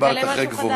להצעת חוק הגנת הצרכן (תיקון מס' 44)